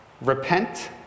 repent